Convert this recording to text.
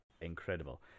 incredible